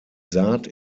saat